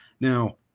Now